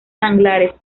manglares